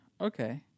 Okay